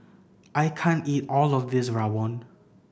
I can't eat all of this Rawon